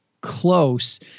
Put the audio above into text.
close